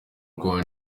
uko